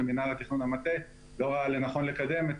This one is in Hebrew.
ומנהל התכנון המטה לא ראה לנכון לקדם את